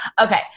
Okay